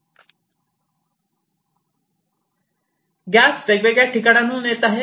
gas वेगवेगळ्या ठिकाणांहून येत आहे